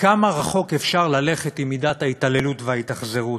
רחוק אפשר ללכת עם מידת ההתעללות וההתאכזרות.